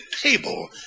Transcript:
table